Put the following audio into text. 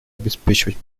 обеспечивать